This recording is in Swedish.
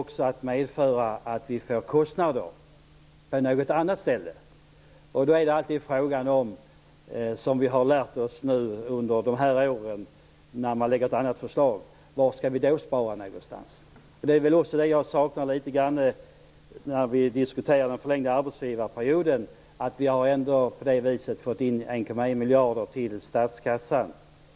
Jag saknar detta litet grand när vi diskuterar den förlängda arbetsgivarperioden.